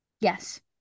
Yes